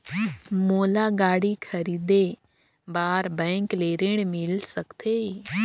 मोला गाड़ी खरीदे बार बैंक ले ऋण मिल सकथे?